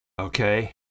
okay